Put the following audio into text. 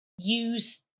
use